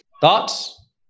Thoughts